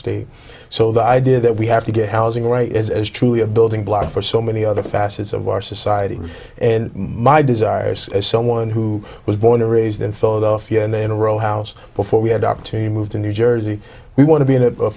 state so the idea that we have to get housing right is as truly a building block for so many other facets of our society and my desires as someone who was born and raised in philadelphia and then in a row house before we had up to move to new jersey we want to be in a